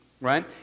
right